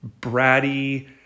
bratty